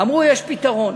אמרו: יש פתרון,